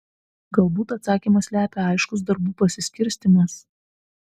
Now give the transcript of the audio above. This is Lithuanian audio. galbūt atsakymą slepia aiškus darbų pasiskirstymas